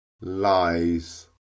Lies